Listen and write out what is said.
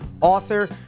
author